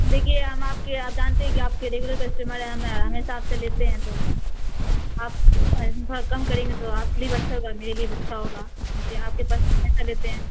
دیکھیے ہم آپ کے یہاں آپ جانتے ہیں کہ آپ کے ریگولر کسٹمر ہیں ہم ہیں ہمیشہ آپ سے لیتے ہیں تو آپ تھوڑا کم کریں گے تو آپ کے لیے بھی اچھا ہوگا اور میرے لیے بھی اچھا ہوگا دیکھیے آپ کے پاس ہمیشہ لیتے ہیں